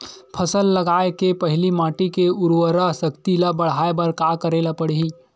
फसल लगाय के पहिली माटी के उरवरा शक्ति ल बढ़ाय बर का करेला पढ़ही?